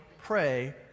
pray